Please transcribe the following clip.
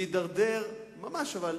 להידרדר, ממש, אבל.